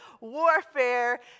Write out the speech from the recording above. warfare